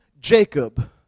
Jacob